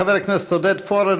חבר הכנסת עודד פורר,